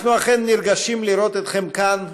אנחנו אכן נרגשים לראות אתכם כאן,